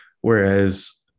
whereas